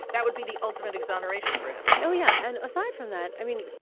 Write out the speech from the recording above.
that would be the ultimate exoneration for him oh, yeah. and aside from that, i mean,